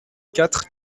quatre